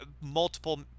Multiple